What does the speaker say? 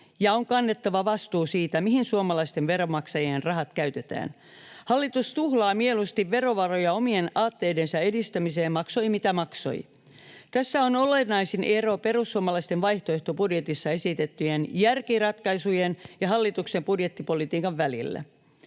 ja on kannettava vastuu siitä, mihin suomalaisten veronmaksajien rahat käytetään. Hallitus tuhlaa mieluusti verovaroja omien aatteidensa edistämiseen, maksoi mitä maksoi. Tässä on olennaisin ero perussuomalaisten vaihtoehtobudjetissa esitettyjen järkiratkaisujen ja hallituksen budjettipolitiikan välillä.